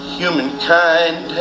humankind